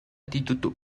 ditutup